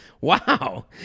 Wow